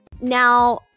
Now